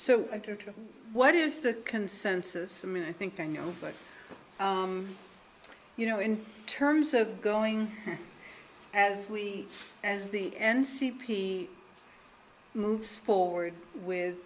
so what is the consensus i mean i think i know but you know in terms of going as we as the n c p moves forward with